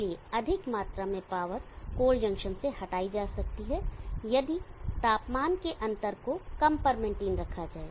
इसलिए अधिक मात्रा में पावर कोल्ड जंक्शन से हटाई जा सकती है यदि तापमान के अंतर को कम पर मेंटेन रखा जाए